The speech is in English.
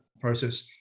process